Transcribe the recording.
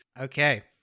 Okay